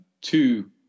two